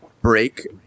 break